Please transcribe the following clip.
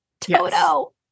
Toto